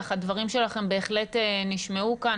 אך הדברים שלכם בהחלט נשמעו כאן,